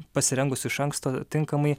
pasirengus iš anksto tinkamai